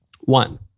one